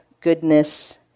goodness